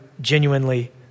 genuinely